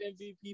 MVP